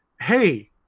hey